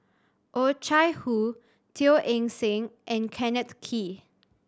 Oh Chai Hoo Teo Eng Seng and Kenneth Kee